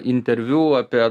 interviu apie